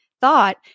thought